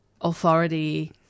authority